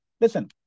Listen